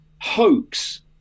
hoax